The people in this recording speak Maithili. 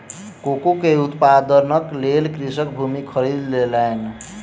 कोको के उत्पादनक लेल कृषक भूमि खरीद लेलैन